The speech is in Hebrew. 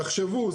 תחשבו,